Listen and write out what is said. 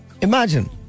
Imagine